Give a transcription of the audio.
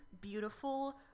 beautiful